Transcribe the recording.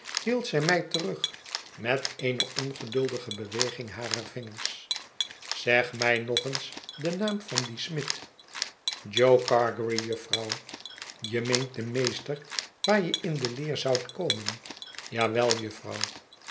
hield zij mij terug met eene ongeduldige beweging harer vingers zeg mij nog eens den naam van dien smid jo gargery jufvrouw je meent den meester waar je in de leer zoudt komen ja wel jufvrouw